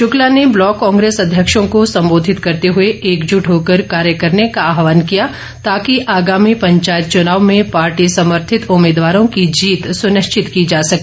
शक्ला ने ब्लॉक कांग्रेस अध्यक्षों को संबोधित करते हए एकजट होकर कार्य करने का आहवान किया ताकि आगामी पंचायत चुनाव में पार्टी समर्थित उम्मीदवारो ै की जीत सुनिश्चित की जा सके